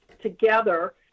together